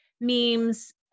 memes